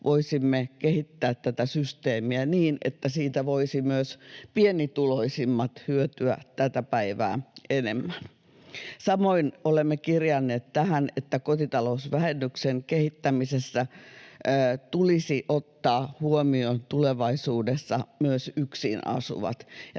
voisimme kehittää tätä systeemiä niin, että siitä voisivat myös pienituloisimmat hyötyä tätä päivää enemmän. Samoin olemme kirjanneet tähän, että kotitalousvähennyksen kehittämisessä tulisi ottaa huomioon tulevaisuudessa myös yksin asuvat.